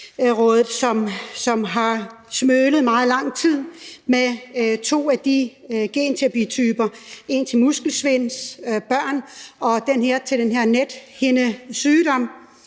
som har smølet meget lang tid med to genterapityper, en til børn med muskelsvind og en til en nethindesygdom.